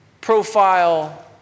profile